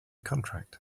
contract